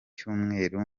cyumweru